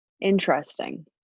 Interesting